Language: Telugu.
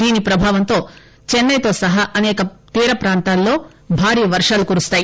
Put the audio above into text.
దీని ప్రభావంతో చెన్నెతో సహా అసేక తీరప్రాంతాల్లో భారీ వర్షాలు కురుస్తాయి